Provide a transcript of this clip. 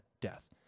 death